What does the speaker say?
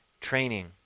Training